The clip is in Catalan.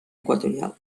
equatorial